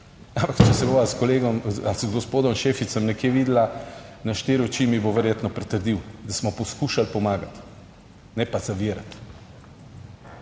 če se bova s kolegom ali z gospodom Šeficem nekje videla na štiri oči, mi bo verjetno pritrdil, da smo poskušali pomagati, ne pa zavirati.